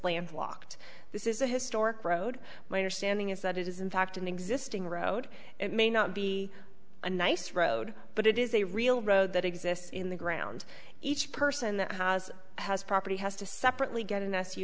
landlocked this is a historic road my understanding is that it is in fact an existing road it may not be a nice road but it is a real road that exists in the ground each person that has has property has to separately get an s u